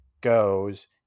goes